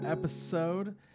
episode